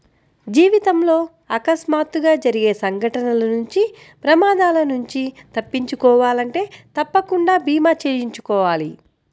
జీవితంలో అకస్మాత్తుగా జరిగే సంఘటనల నుంచి ప్రమాదాల నుంచి తప్పించుకోవాలంటే తప్పకుండా భీమా చేయించుకోవాలి